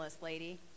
lady